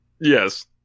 Yes